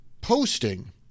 posting